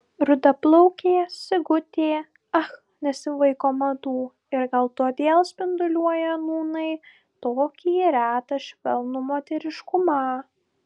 rudaplaukė sigutė ach nesivaiko madų ir gal todėl spinduliuoja nūnai tokį retą švelnų moteriškumą